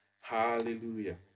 Hallelujah